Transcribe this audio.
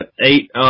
eight